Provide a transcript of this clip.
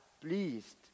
pleased